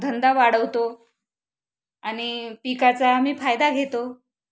धंदा वाढवतो आणि पिकाचा आम्ही फायदा घेतो